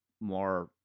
more